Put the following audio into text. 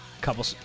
couple